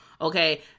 okay